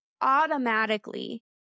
automatically